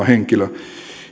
henkilö